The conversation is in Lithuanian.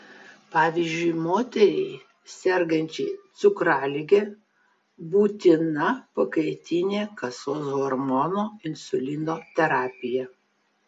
pavyzdžiui moteriai sergančiai cukralige būtina pakaitinė kasos hormono insulino terapija